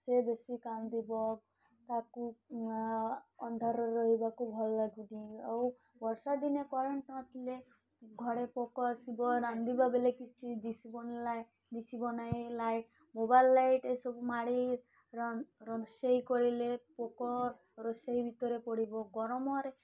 ସେ ବେଶୀ କାନ୍ଦିବ ତା'କୁ ଅନ୍ଧାରରେ ରହିବାକୁ ଭଲ ଲାଗୁନି ଆଉ ବର୍ଷା ଦିନେ କରେଣ୍ଟ ନଥିଲେ ଘରେ ପୋକ ଆସିବ ରାନ୍ଧିବା ବେଲେ କିଛି ଦିଶିବ ଲାଇ ଦିଶିବ ନାଇଁ ମୋବାଇଲ ଲାଇଟ୍ ଏସବୁ ମାଡ଼ି ରୋଷେଇ କଲେ ପୋକ ରୋଷେଇ ଭିତରେ ପଡ଼ିବ ଗରମରେ